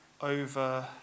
over